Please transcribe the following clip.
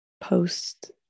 post